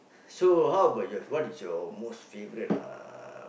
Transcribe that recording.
so how about your what is your most favourite uh